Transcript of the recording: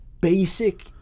basic